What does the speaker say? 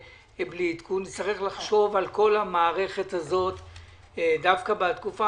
נצטרך לחשוב על כל המערכת הזאת דווקא בתקופה